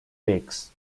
pics